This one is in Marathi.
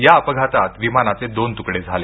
या अपघातात विमानाचे दोन तुकडे झाले